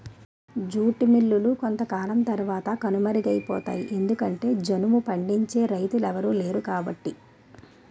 jute మిల్లులు కొంతకాలం తరవాత కనుమరుగైపోతాయి ఎందుకంటె జనుము పండించే రైతులెవలు లేరుకాబట్టి